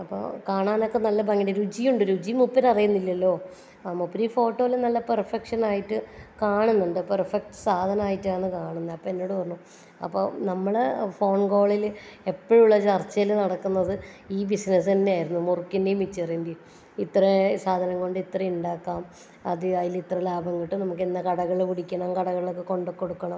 അപ്പൊ കാണാനൊക്കെ നല്ല ഭംഗിയുണ്ട് രുചിയുണ്ട് രുചി മൂപ്പരറിയുന്നില്ലലോ മൂപ്പര് ഈ ഫോട്ടോല് നല്ല പെർഫെക്ഷൻ ആയിട്ട് കാണുന്നുണ്ട് പെർഫെക്റ്റ് സാധനമായിട്ടാണ് കാണുന്നത് അപ്പോൾ എന്നോട് പറഞ്ഞു അപ്പോൾ നമ്മൾ ഫോൺ കോളിൽ എപ്പോഴുള്ള ചർച്ചയിൽ നടക്കുന്നത് ഈ ബിസിനസ്സെന്നയായിരുന്നു മുറുക്കിന്റേം മിച്ചറിന്റേം ഇത്രേം സാധനം കൊണ്ട് ഇത്രേം ഉണ്ടാക്കാം അതിൽ ഇത്ര ലാഭം കിട്ടും കടകൾ പിടിക്കണം കടകളിലൊക്കെ കൊണ്ടു കൊടുക്കണം